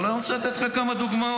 אבל אני רוצה לתת לך כמה דוגמאות,